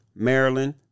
Maryland